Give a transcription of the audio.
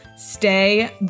stay